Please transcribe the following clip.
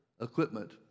equipment